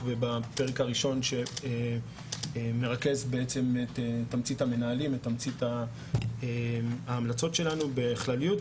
ובפרק הראשון שמרכז את תמצית ההמלצות שלנו בכלליות,